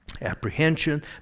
apprehension